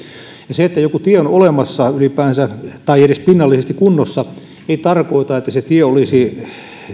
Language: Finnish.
se että joku tie on olemassa ylipäänsä tai edes pinnallisesti kunnossa ei tarkoita että se tie olisi